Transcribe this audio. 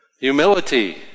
Humility